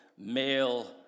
Male